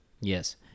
Yes